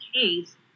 case